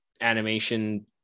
animation